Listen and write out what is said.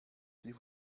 sie